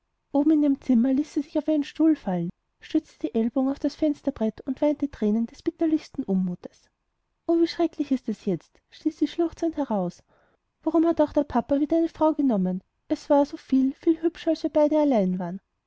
oben in ihrem zimmer ließ sie sich auf einen stuhl fallen stützte die ellbogen auf das fensterbrett und weinte thränen des bittersten unmutes o wie schrecklich ist es jetzt stieß sie schluchzend heraus warum hat auch der papa wieder eine frau genommen es war so viel viel hübscher als wir beide allein waren